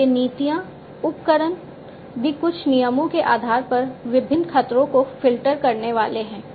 और ये नीतियां उपकरण भी कुछ नियमों के आधार पर विभिन्न खतरों को फ़िल्टर करने वाले हैं